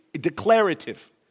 declarative